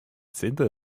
zehntel